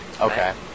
Okay